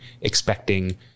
expecting